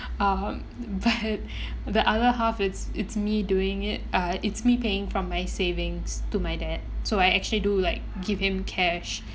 uh but the other half it's it's me doing it uh it's me paying from my savings to my dad so I actually do like give him cash